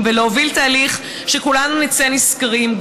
ולהוביל תהליך שכולנו נצא ממנו נשכרים,